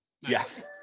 Yes